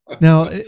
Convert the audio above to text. now